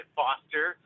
foster